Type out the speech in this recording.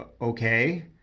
Okay